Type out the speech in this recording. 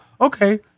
okay